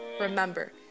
Remember